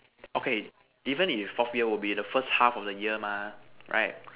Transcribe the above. okay even if fourth year would be the first half of the year mah right